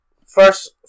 First